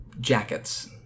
jackets